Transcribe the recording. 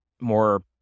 more